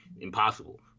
impossible